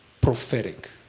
prophetic